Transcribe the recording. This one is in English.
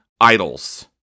idols